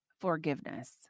forgiveness